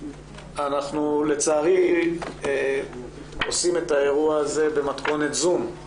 לצערי אנחנו עושים את האירוע הזה במתכונת זום,